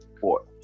four